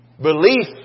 Belief